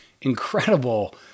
incredible